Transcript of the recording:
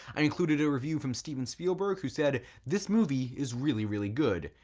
i included a review from steven spielberg, who said this movie is really really good.